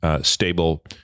stable